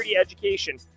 education